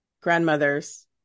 grandmother's